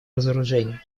разоружения